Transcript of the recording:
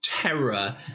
Terror